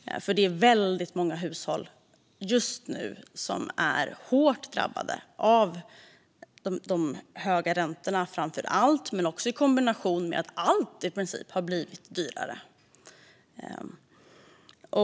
Det är väldigt många hushåll som just nu är hårt drabbade av framför allt de höga räntorna men också kombinationen med att i princip allt har blivit dyrare.